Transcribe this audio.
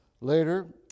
Later